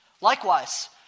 Likewise